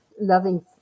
loving